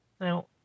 Now